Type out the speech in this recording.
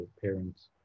parents